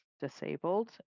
disabled